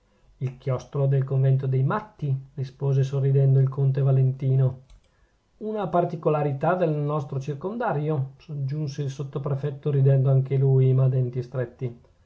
il chiostro del convento dei matti rispose sorridendo il conte valentino una particolarità del nostro circondario soggiunse il sottoprefetto ridendo anche lui ma a denti stretti